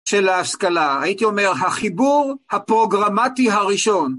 של ההשכלה, הייתי אומר החיבור הפרוגרמטי הראשון.